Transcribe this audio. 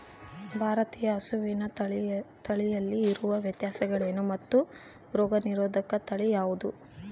ಭಾರತೇಯ ಹಸುವಿನ ತಳಿಗಳಲ್ಲಿ ಇರುವ ವ್ಯತ್ಯಾಸಗಳೇನು ಮತ್ತು ರೋಗನಿರೋಧಕ ತಳಿ ಯಾವುದು?